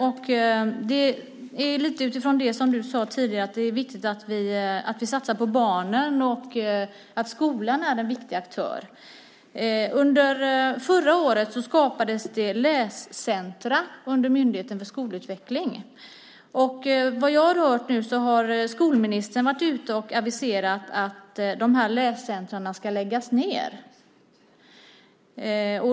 Den bygger lite på det du sade tidigare om att det är viktigt att vi satsar på barnen och att skolan är en viktig aktör. Under förra året skapades läscentrum under Myndigheten för skolutveckling. Enligt vad jag har hört har skolministern nu aviserat att dessa läscentrum ska läggas ned.